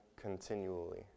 continually